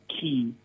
key